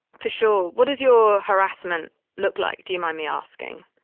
for sure. what does your harassment look like? do you mind me asking?